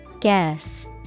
Guess